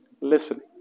listening